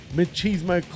Machismo